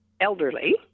elderly